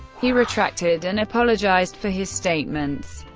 he retracted and apologized for his statements.